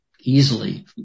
easily